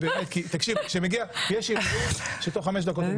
יש ערעורים שמסתיימים תוך חמש דקות,